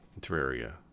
Terraria